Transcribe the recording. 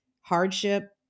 hardship